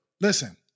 listen